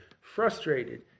frustrated